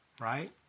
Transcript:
right